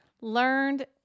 learned